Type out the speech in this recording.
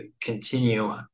continue